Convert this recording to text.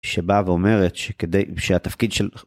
שבאה ואומרת שכדי שהתפקיד של